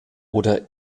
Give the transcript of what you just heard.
oder